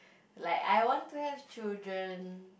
like I want to have children